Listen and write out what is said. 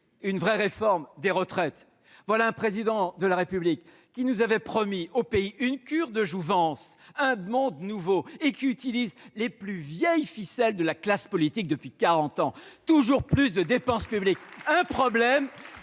une véritable réforme des retraites. Voilà un Président de la République qui avait promis au pays une cure de jouvence et un monde nouveau. Or il utilise les plus vieilles ficelles de la classe politique depuis quarante ans : toujours plus de dépenses publiques ! Un problème